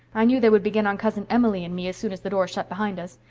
i knew they would begin on cousin emily and me as soon as the door shut behind us.